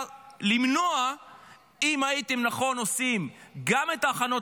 למנוע אם הייתם עושים נכון גם את ההכנות,